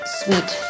sweet